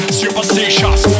superstitious